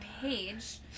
page